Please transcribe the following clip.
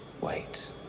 Wait